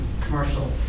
commercial